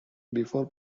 before